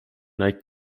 neigt